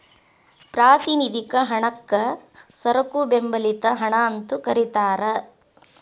ಪ್ರಾತಿನಿಧಿಕ ಹಣಕ್ಕ ಸರಕು ಬೆಂಬಲಿತ ಹಣ ಅಂತೂ ಕರಿತಾರ